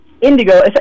Indigo